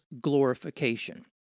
glorification